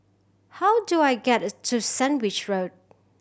how do I get to Sandwich Road